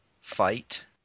fight